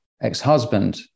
ex-husband